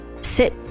sit